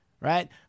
right